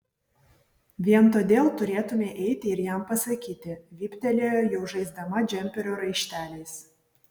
vien todėl turėtumei eiti ir jam pasakyti vyptelėjo jau žaisdama džemperio raišteliais